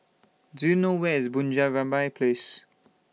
Do YOU know Where IS Bunga Rampai Place